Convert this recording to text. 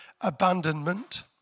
abandonment